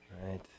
Right